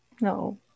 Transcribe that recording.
No